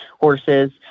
horses